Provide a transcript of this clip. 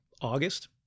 August